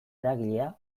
eragilea